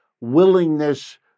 willingness